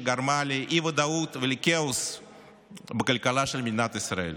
שגרם לאי-ודאות ולכאוס בכלכלה של מדינת ישראל,